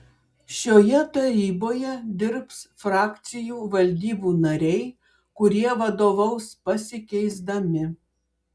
šioje taryboje dirbs frakcijų valdybų nariai kurie vadovaus pasikeisdami